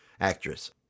actress